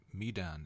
Midan